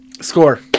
score